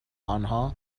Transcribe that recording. آنها